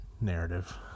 narrative